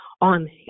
on